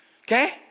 Okay